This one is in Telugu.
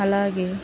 అలాగే